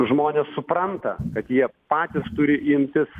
žmonės supranta kad jie patys turi imtis